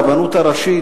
הרבנות הראשית,